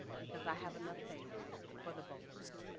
because i have enough faith for the both of us.